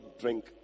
drink